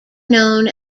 known